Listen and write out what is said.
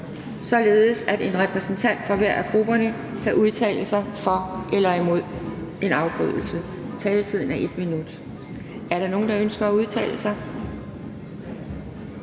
således at en repræsentant fra hver af grupperne kan udtale sig for eller imod en afbrydelse. Taletiden er 1 minut. Er der nogen, der ønsker at udtale sig?